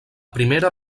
primera